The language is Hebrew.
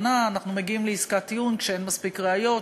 אנחנו מגיעים לעסקת טיעון כשאין מספיק ראיות,